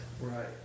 Right